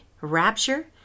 rapture